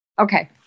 okay